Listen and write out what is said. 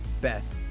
best